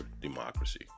democracy